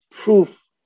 proof